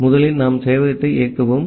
ஆகவே முதலில் நாம் சேவையகத்தை இயக்குவோம்